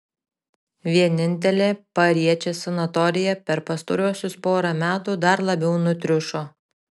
vienintelė pariečės sanatorija per pastaruosius porą metų dar labiau nutriušo